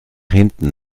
hinten